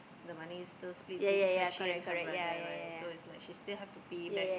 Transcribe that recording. the money still split in she and her brother right so is like she still have to pay back